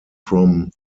from